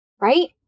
Right